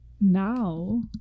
now